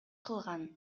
кылган